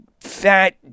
fat